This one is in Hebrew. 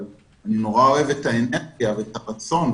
אבל אני מאוד אוהב את האנרגיה ואת הרצון.